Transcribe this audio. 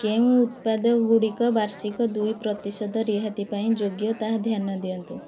କେଉଁ ଉତ୍ପାଦ ଗୁଡ଼ିକ ବାର୍ଷିକ ଦୁଇ ପ୍ରତିଶତ ରିହାତି ପାଇଁ ଯୋଗ୍ୟ ତାହା ଧ୍ୟାନ ଦିଅନ୍ତୁ